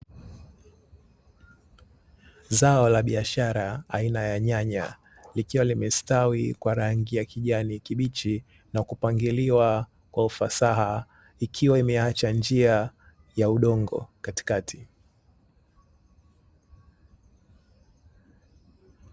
Zao la biashara aina ya nyanya. Likiwa limestawi kwa rangi ya kijani kibichi na kupangiliwa kwa ufasaha. Ikiwa imeacha njia ya udongo katikati.